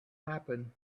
happen